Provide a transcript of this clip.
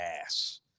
ass